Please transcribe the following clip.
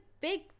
big